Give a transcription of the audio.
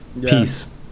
Peace